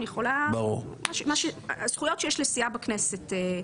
כשיקימו את הוועדות הקבועות צריך יהיה להתחשב בסיעה נוספת.